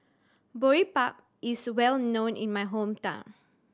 Boribap is well known in my hometown